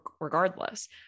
regardless